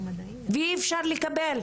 ואי אפשר לקבל.